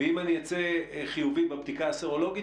ואם אני אצא חיובי בבדיקה הסרולוגית,